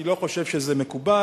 אני לא חושב שזה מקובל.